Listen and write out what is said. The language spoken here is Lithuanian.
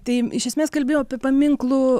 tai iš esmės kalbėjau apie paminklų